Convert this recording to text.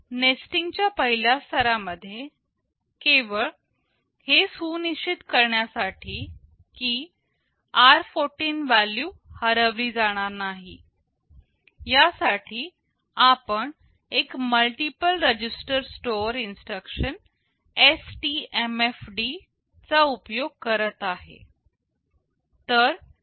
nesting च्या पहिल्या स्तरा मध्ये केवळ हे सुनिश्चित करण्यासाठी की r14 व्हॅल्यू हरवली जाणार नाही यासाठी आपण एक multiple register store instruction STMFD चा उपयोग करत आहे